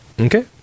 Okay